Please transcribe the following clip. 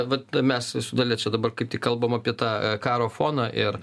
vat mes su dalia čia dabar kaip tik kalbam apie tą karo foną ir